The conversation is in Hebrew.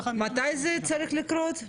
מתי זה צריך לקרות?